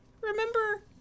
remember